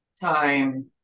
time